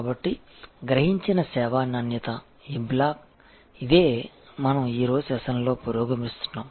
కాబట్టి గ్రహించిన సేవా నాణ్యత ఈ బ్లాక్ ఇదే మనం ఈరోజు సెషన్లో పురోగమిస్తున్నాము